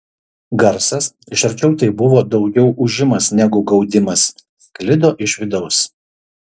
garsas iš arčiau tai buvo daugiau ūžimas negu gaudimas sklido iš vidaus